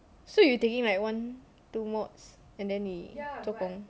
so you taking like one two mods and then 你做工